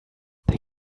they